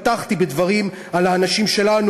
פתחתי בדברים על האנשים שלנו,